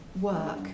work